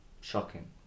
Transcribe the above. shocking